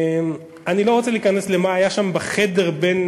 אני לא רוצה להיכנס למה שהיה שם בחדר בין